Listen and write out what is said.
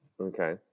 Okay